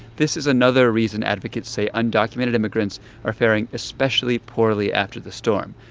this is another reason advocates say undocumented immigrants are fairing especially poorly after the storm.